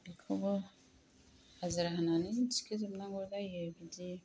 बेखौबो हाजिरा होनानै थिखोजोबनांगौ जायो बिदि